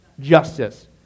justice